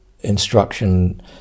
instruction